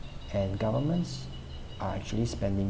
and governments are actually spending